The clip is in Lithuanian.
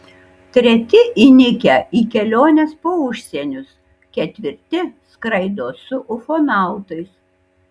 treti įnikę į keliones po užsienius ketvirti skraido su ufonautais